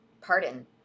pardon